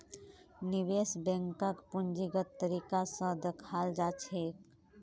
निवेश बैंकक पूंजीगत तरीका स दखाल जा छेक